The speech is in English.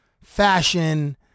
fashion